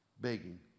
begging